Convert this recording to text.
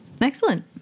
Excellent